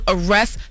Arrest